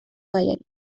gaiari